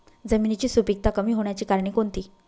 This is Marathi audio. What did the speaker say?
जमिनीची सुपिकता कमी होण्याची कारणे कोणती?